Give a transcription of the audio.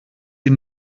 die